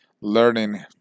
learning